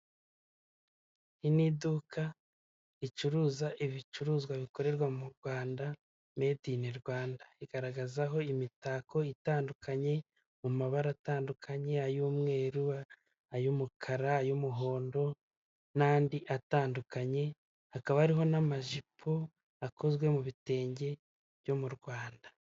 Iri ni iduka ricuruuruza ibicuruzwa bikorerwa mu rwanda madi ini Rwanda igaragazaho imitako itandukanye mu mabara atandukanyey'umweru ay'umukara y'umuhondo n'andi atandukanye hakaba hariho n'amajipo akozwe mu bitenge byo mu rwanda.